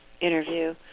interview